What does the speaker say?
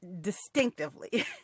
distinctively